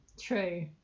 True